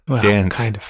dance